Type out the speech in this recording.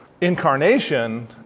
incarnation